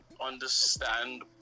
understand